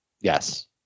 Yes